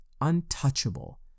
untouchable